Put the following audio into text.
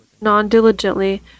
non-diligently